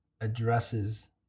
addresses